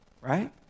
right